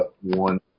one